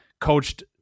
coached